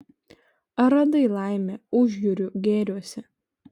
ar radai laimę užjūrių gėriuose